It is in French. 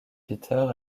peter